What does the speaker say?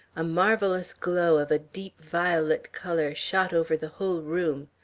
a marvellous glow of a deep violet color shot over the whole room,